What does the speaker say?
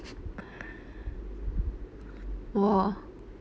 !whoa!